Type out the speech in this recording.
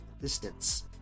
distance